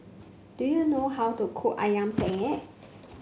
do you know how to cook ayam Penyet